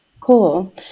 Cool